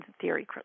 theory